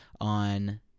on